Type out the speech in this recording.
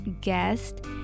guest